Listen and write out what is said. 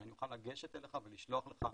שאני אוכל לגשת אליך ולשלוח לך,